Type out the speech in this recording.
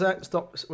stop